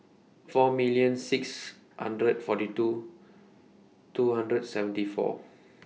four million six hundred forty two two hundred seventy four